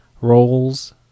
roles